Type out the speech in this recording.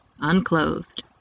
unclothed